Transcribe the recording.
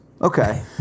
Okay